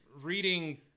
reading